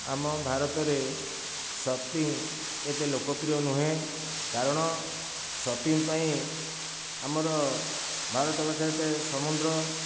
ଆମ ଭାରତରେ ସିପିଙ୍ଗ ଏତେ ଲୋକପ୍ରିୟ ନୁହେଁ କାରଣ ସିପିଙ୍ଗ ପାଇଁ ଆମର ଭାରତବର୍ଷ ରେ ଏତେ ସମୁଦ୍ର